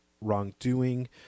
wrongdoing